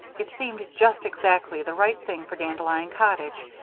it seemed just exactly the right thing for dandelion cottage,